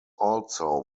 also